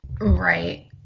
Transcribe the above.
Right